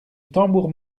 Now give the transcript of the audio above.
tambour